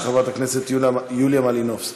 של חברת הכנסת יוליה מלינובסקי.